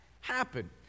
happen